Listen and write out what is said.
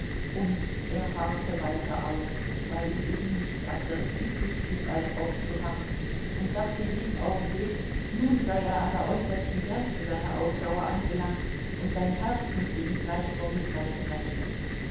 und er harrte weiter aus weil ihm eben nichts anderes übrigblieb als auszuharren und dachte jeden augenblick nun sei er an der äußersten grenze seiner ausdauer angelangt und sein herz müsse ihm gleich vor mitleid brechen